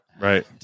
Right